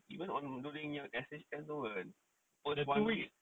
even on during S_H_N first one week